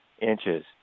inches